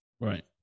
Right